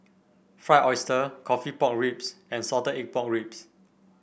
Fried Oyster coffee Pork Ribs and Salted Egg Pork Ribs